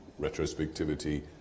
retrospectivity